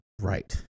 right